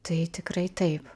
tai tikrai taip